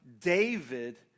David